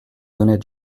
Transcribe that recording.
honnêtes